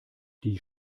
die